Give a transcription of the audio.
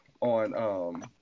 on